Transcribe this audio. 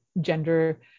gender